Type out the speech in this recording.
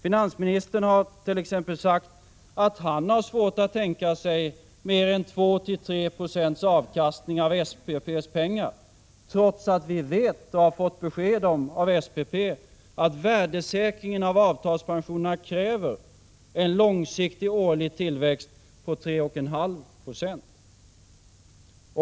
Finansministern har t.ex. sagt att han har svårt att tänka sig mer än 2-3 90 avkastning på SPP:s pengar, trots att SPP har gett besked om att värdesäkringen av avtalspensionerna kräver en långsiktig årlig tillväxt på 3,5 90.